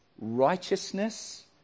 righteousness